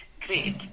Great